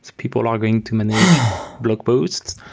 people are going to manage blog posts.